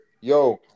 Yo